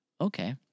Okay